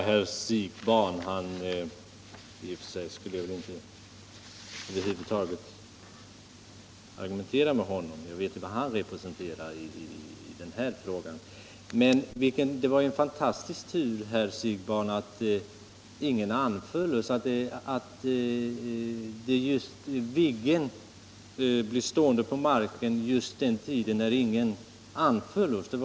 Herr talman! Herr Siegbahn skulle jag väl över huvud taget inte argumentera mot — jag vet vad han representerar i den här frågan. Men det var ju en fantastisk tur, herr Siegbahn, att Viggen blev stående på marken just under en tid då ingen anföll oss.